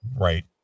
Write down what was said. right